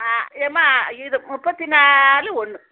ஆ அம்மா இது முப்பத்தி நாலு ஒன்று